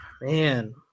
Man